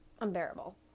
unbearable